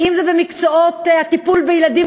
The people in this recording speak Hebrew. אם זה במקצועות הטיפול בילדים,